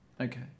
Okay